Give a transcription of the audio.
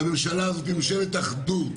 וזאת ממשלת אחדות,